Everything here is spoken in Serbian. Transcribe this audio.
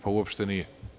Pa, uopšte nije.